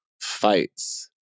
fights